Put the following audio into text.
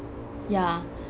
ya